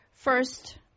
First